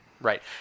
Right